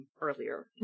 earlier